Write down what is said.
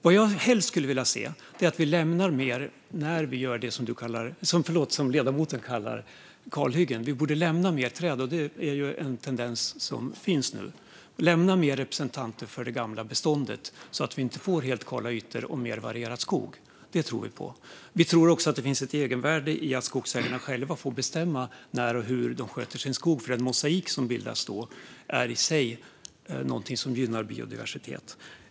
Vad jag helst vill se när vi gör vad ledamoten kallar kalhyggen är att fler träd lämnas kvar. Det är nu en tendens att fler representanter för det gamla beståndet lämnas kvar så att det inte blir helt kala ytor utan i stället mer varierad skog. Detta tror vi på. Vi tror också att det finns ett egenvärde i att skogsägarna själva får bestämma när och hur de ska sköta sin skog. Den mosaik som då bildas är i sig något som gynnar biodiversitet.